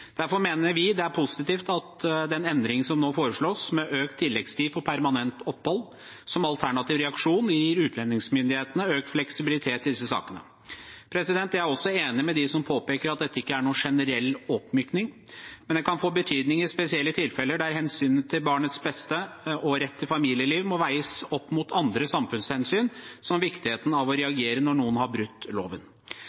Derfor mener vi det er positivt at den endringen som nå foreslås, med økt tilleggstid for permanent opphold som alternativ reaksjon, gir utlendingsmyndighetene økt fleksibilitet i disse sakene. Jeg er også enig med dem som påpeker at dette ikke er noen generell oppmykning, men det kan få betydning i spesielle tilfeller der hensynet til barnets beste og rett til familieliv må veies opp mot andre samfunnshensyn, som viktigheten av å